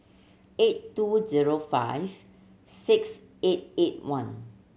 eight two zero five six eight eight one